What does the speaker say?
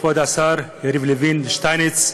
כבוד השרים יריב לוין ושטייניץ,